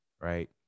right